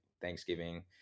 Thanksgiving